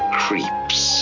creeps